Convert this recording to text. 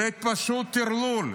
זה פשוט טרלול.